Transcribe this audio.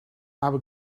aber